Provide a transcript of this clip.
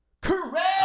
Correct